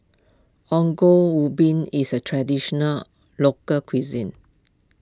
Ongol Ubi is a Traditional Local Cuisine